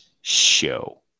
show